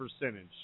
percentage